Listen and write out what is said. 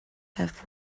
have